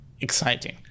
exciting